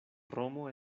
romo